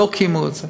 ולא קיימו את זה.